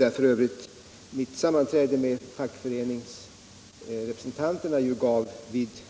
Ingen är ju betjänt av att den industriella utvecklingen sker på ett ekonomiskt